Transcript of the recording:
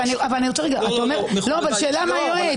שאלה ליועץ.